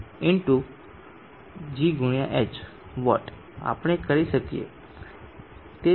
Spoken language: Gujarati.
gh વોટ આપણે કરી શકીએ